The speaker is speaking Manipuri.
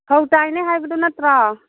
ꯐꯧ ꯇꯥꯏꯅꯤ ꯍꯥꯏꯕꯗꯨ ꯅꯠꯇ꯭ꯔꯣ